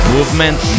Movement